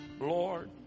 Lord